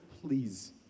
please